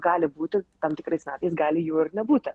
gali būti tam tikrais atvejais gali jų ir nebūti